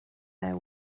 their